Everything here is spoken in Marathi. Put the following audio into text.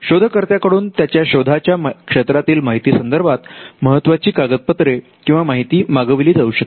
शोधकर्त्या कडून त्याच्या शोधाच्या क्षेत्रातील माहिती संदर्भात महत्त्वाची कागदपत्रे किंवा माहिती मागवली जाऊ शकते